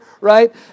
right